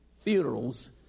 funerals